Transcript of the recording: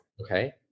okay